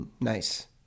nice